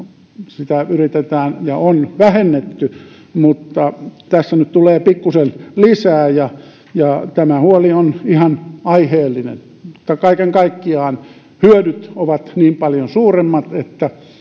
sitä yritetään vähentää ja on vähennetty mutta tässä nyt tulee pikkuisen lisää ja ja tämä huoli on ihan aiheellinen mutta kaiken kaikkiaan hyödyt ovat niin paljon suuremmat että